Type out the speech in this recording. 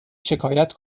شکایت